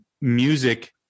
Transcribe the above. music